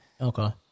Okay